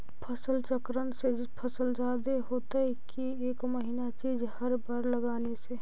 फसल चक्रन से फसल जादे होतै कि एक महिना चिज़ हर बार लगाने से?